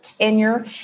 tenure